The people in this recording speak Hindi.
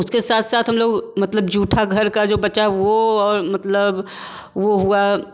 उसके साथ साथ हम लोग जूठा घर का जो बचा और वो मतलब वो हुआ